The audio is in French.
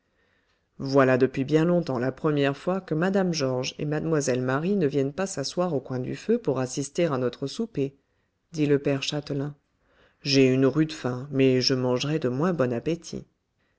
voilà depuis bien longtemps la première fois que mme georges et mlle marie ne viennent pas s'asseoir au coin du feu pour assister à notre souper dit le père châtelain j'ai une rude faim mais je mangerai de moins bon appétit